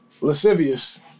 lascivious